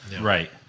Right